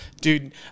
Dude